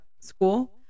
school